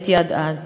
משהייתי עד אז.